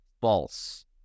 False